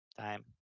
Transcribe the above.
time